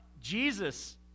Jesus